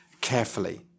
carefully